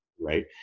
right